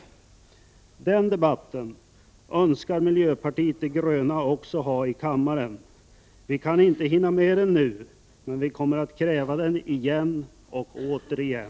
Den debatten önskar miljöpartiet de gröna också ha i kammaren. Vi kan inte hinna med den nu, men vi kommer att kräva den igen och återigen.